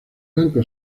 banco